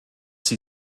sie